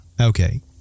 Okay